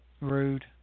Rude